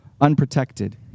unprotected